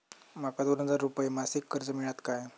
माका दोन हजार रुपये मासिक कर्ज मिळात काय?